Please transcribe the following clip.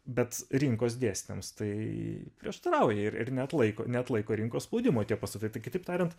bet rinkos dėsniams tai prieštarauja ir ir neatlaiko neatlaiko rinkos spaudimo tie pastatai tai kitaip tariant